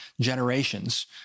generations